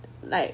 like